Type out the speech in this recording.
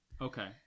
Okay